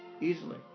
easily